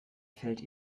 fällt